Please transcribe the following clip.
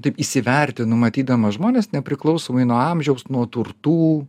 taip įsivertinu matydamas žmones nepriklausomai nuo amžiaus nuo turtų